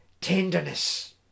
tenderness